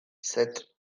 sept